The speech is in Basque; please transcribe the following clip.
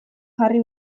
jarri